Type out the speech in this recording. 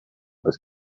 with